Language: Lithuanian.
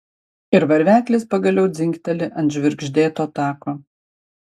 ir varveklis pagaliau dzingteli ant žvirgždėto tako